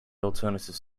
alternative